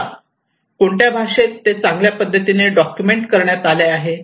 भाषा कोणत्या भाषेत ते चांगल्या पद्धतीने डॉक्युमेंट करण्यात आले आहेत